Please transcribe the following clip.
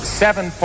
seven